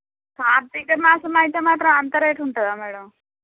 కార్తీక మాసం అయితే మాత్రం అంత రేటు ఉంటుందా మేడమ్